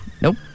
nope